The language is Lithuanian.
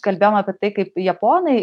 kalbėjom apie tai kaip japonai